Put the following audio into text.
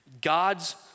God's